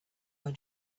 your